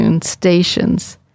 stations